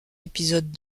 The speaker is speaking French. épisodes